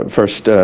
first